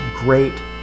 Great